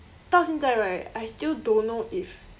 到现在 right I still don't know if